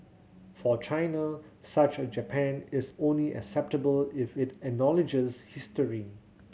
for China such a Japan is only acceptable if it acknowledges history